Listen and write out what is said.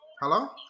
Hello